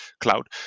cloud